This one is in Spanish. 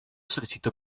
solicitó